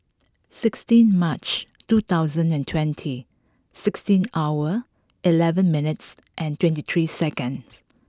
sixteen March two thousand and twenty sixteen hour eleven minutes and twenty three seconds